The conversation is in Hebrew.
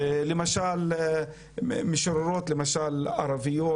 ולמשל משוררות ערביות,